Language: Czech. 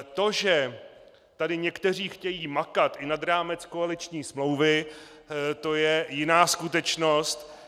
To, že tady někteří chtějí makat i nad rámec koaliční smlouvy, to je jiná skutečnost.